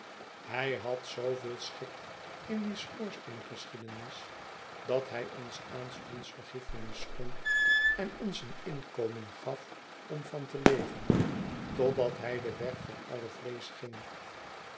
hij had zoo veel schik in die schoorsteengeschiedenis dat hij ons aanstonds vergiffenis schonk en ons eeninkomen gaf om van televen totdat hij den weg van alle vleesch ging